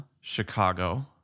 Chicago